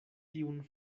tiun